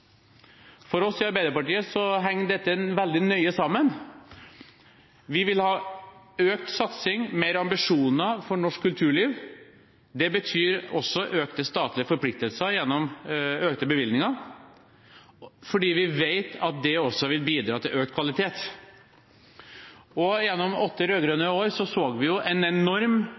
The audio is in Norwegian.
For oss i Arbeiderpartiet henger dette veldig nøye sammen. Vi vil ha økt satsing, større ambisjoner for norsk kulturliv, og det betyr også økte statlige forpliktelser gjennom økte bevilgninger, fordi vi vet at det også vil bidra til økt kvalitet. Gjennom åtte